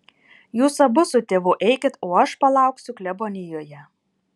jūs abu su tėvu eikit o aš palauksiu klebonijoje